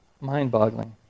mind-boggling